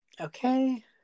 Okay